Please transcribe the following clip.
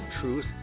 truth